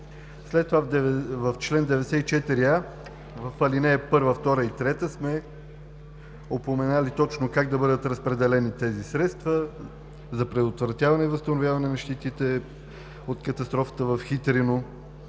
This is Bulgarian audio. След това в чл. 94а, в ал. 1, 2 и 3 сме упоменали точно как да бъдат разпределени тези средства: - за предотвратяване и възстановяване на щетите от катастрофата в Хитрино